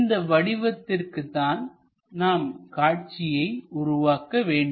இந்த வடிவத்திற்குதான் நாம் காட்சியை உருவாக்க வேண்டும்